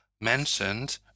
mentioned